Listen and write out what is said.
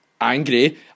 angry